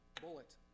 bullet